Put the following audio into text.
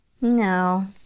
no